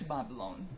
Babylon